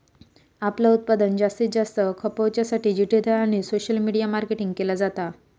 आपला उत्पादन जास्तीत जास्त खपवच्या साठी डिजिटल आणि सोशल मीडिया मार्केटिंग केला जाता